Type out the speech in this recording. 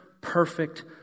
perfect